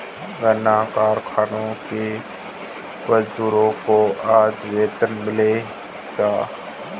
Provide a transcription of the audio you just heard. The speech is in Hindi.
गन्ना कारखाने के मजदूरों को आज वेतन मिलेगा